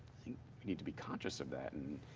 we need to be conscious of that. and